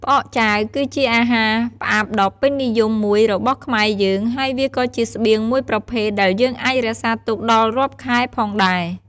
ផ្អកចាវគឺជាអាហារផ្អាប់ដ៏ពេញនិយមមួយរបស់ខ្មែរយើង ហើយវាក៏ជាស្បៀងមួយប្រភេទដែលយើងអាចរក្សាទុកដល់រាប់ខែផងដែរ។